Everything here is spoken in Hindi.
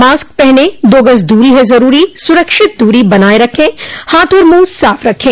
मास्क पहनें दो गज़ दूरी है ज़रूरी सुरक्षित दूरी बनाए रखें हाथ और मुंह साफ़ रखें